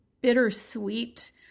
bittersweet